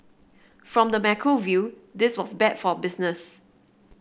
from the macro view this was bad for business